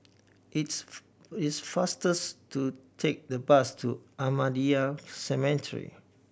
it's it's faster to take the bus to Ahmadiyya Cemetery